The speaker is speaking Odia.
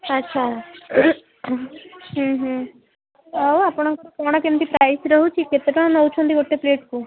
ଆଚ୍ଛା ଆଉ ଆପଣଙ୍କ କ'ଣ କେମିତି ପ୍ରାଇସ୍ ରହୁଛି କେତେ ଟଙ୍କା ନେଉଛନ୍ତି ଗୋଟେ ପ୍ଳେଟ୍କୁ